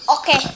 Okay